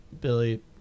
Billy